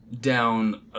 down